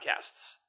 Podcasts